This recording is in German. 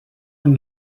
von